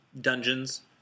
dungeons